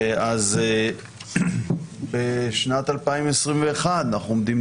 אז בשנת 2021 אנחנו עומדים,